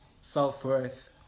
self-worth